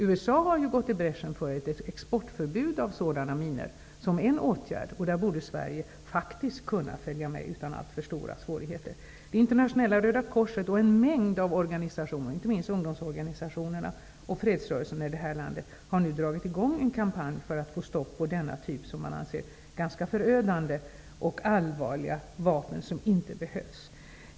USA har som en åtgärd gått i bräschen för ett exportförbud av sådana minor. Sverige borde i det sammanhanget utan alltför stora svårigheter faktiskt kunna följa USA. Internationella Röda korset och en mängd andra organisationer, inte minst ungdomsorganisationerna och fredsrörelsen i detta land, har nu dragit i gång en kampanj för att få stopp på denna typ av vapen som man anser vara förödande och allvarliga och som inte behövs.